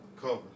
cover